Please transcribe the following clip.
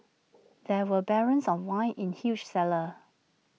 there were barrels of wine in huge cellar